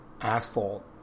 asphalt